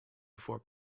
before